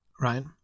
Right